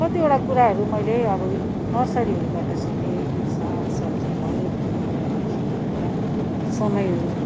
कतिवटा कुराहरू मैले अब यहाँ नर्सरीहरूबाट सिकेँ यो सागसब्जी भयो फुल भयो सबै कुरा समयहरू